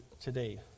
today